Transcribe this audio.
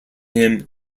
him